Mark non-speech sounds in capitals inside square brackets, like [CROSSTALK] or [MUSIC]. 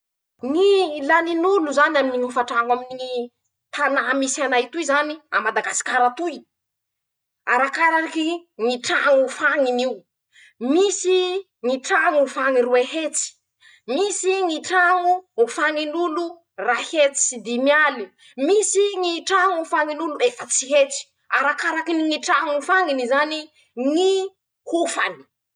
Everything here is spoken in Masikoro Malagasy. Ñy lanin'olo zany aminy ñy hofa traño aminy ñy, [SHUSHES] tanà misy anay toy zany, à Madagasikara toy, arakaraky ñy traño hofañin'io, misy ñy traño hofañy roehetsy, misy traño hofañin'olo ray hetsy sy dimy aly, misy ñy traño hofañin'olo efatsy hetsy arakaraky ñy traño hofañin'izany ñy hofany.